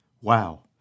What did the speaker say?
Wow